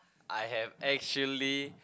I have actually